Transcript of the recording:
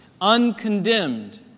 uncondemned